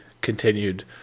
continued